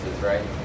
right